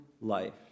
life